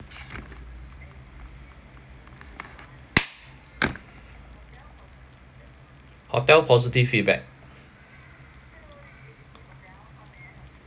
hotel positive feedback